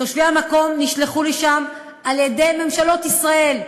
תושבי המקום נשלחו לשם על-ידי ממשלות ישראל,